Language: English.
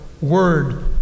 word